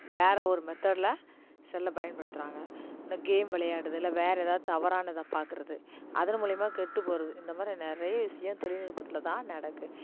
வேற ஒரு மெத்தட்ல செல்லை பயன்படுத்துகிறாங்க இந்த கேம் விளையாடுறது இல்லை வேற ஏதாவது தவறானதை பார்க்குறது அதன் மூலயமா கெட்டு போகிறது இந்த மாதிரி நிறைய விஷயம் தொழில்நுட்பத்துல தான் நடக்குது